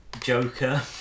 Joker